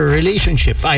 relationship